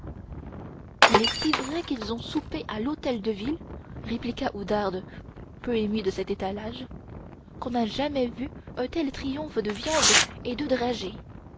il est si vrai qu'ils ont soupé à l'hôtel de ville répliqua oudarde peu émue de cet étalage qu'on n'a jamais vu un tel triomphe de viandes et de dragées